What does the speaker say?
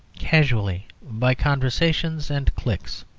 casually, by conversations and cliques.